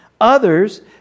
Others